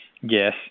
Yes